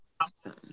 awesome